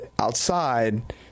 Outside